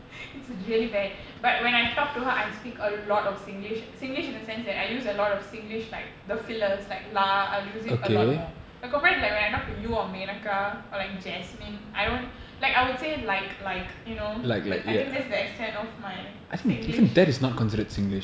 it's really bad but when I talk to her I speak a lot of singlish singlish in a sense that I use a lot of singlish like the fillers like lah I'll use it a lot more like compared to like when I talk to you or menaka or like jasmine I don't like I would say like like you know but I think that's the extent of my singlish this